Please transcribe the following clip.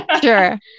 Sure